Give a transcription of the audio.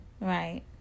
Right